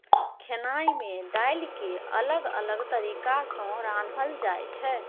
खेनाइ मे दालि केँ अलग अलग तरीका सँ रान्हल जाइ छै